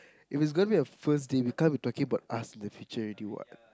if it's going to be a first date we can't be talking about us in the future already what